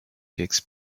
takes